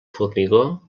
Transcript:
formigó